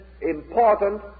important